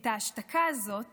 את ההשתקה הזאת